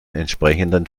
entsprechenden